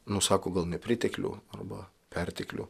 nusako gal nepriteklių arba perteklių